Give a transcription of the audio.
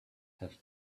have